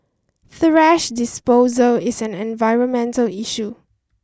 thrash disposal is an environmental issue